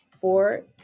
Four